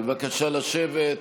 בבקשה לשבת.